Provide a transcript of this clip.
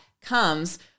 comes